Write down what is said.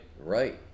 right